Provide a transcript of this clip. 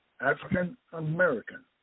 African-American